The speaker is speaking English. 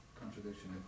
contradiction